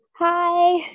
Hi